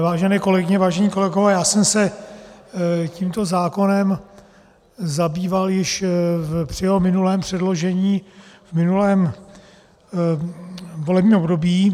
Vážené kolegyně, vážení kolegové, já jsem se tímto zákonem zabýval již při jeho minulém předložení v minulém volebním období.